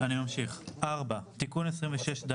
4. בסעיף 26ד